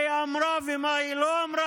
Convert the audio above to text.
מה היא אמרה ומה היא לא אמרה?